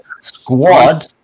squad